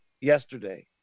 yesterday